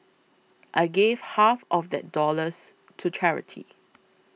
I gave half of that dollars to charity